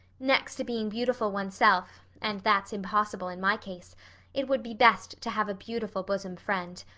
next to being beautiful oneself and that's impossible in my case it would be best to have a beautiful bosom friend.